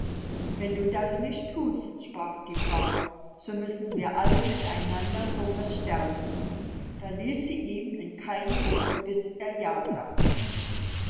wenn du das nicht thust sprach die frau so müssen wir alle miteinander hungers sterben da ließ sie ihm keine ruhe bis er ja sagte